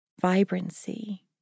vibrancy